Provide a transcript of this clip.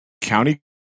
county